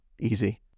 Easy